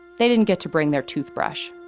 they didn't get to bring their toothbrush